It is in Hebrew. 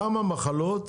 כמה מחלות